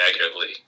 negatively